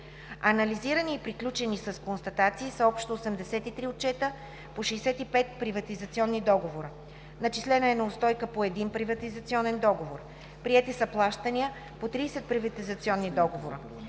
Анализирани и приключени с констатации са общо 83 отчета по 65 приватизационни договора. Начислена е неустойка по 1 приватизационен договор. Приети са плащания по 30 приватизационни договора.